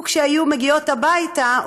וכשהיו מגיעות הביתה,